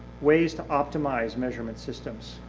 ways to optimize measurement systems.